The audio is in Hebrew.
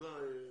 תודה יהודה.